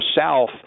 south